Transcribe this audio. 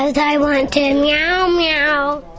i want to meow-meow!